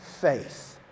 faith